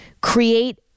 create